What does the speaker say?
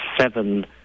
seven